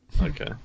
Okay